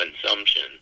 consumption